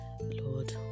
Lord